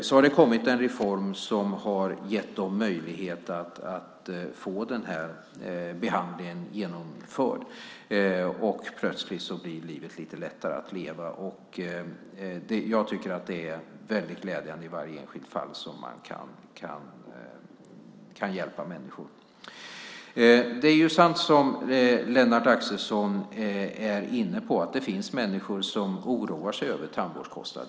Så har det kommit en reform som har gett dem möjlighet att få den här behandlingen genomförd, och plötsligt blir livet lite lättare att leva. Jag tycker att det är väldigt glädjande i varje enskilt fall som man kan hjälpa människor. Det är sant som Lennart Axelsson är inne på att det finns människor som oroar sig över tandvårdskostnaden.